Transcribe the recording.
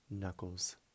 Knuckles